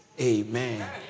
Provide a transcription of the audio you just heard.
Amen